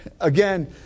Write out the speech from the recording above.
again